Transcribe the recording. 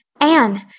Anne